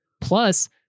Plus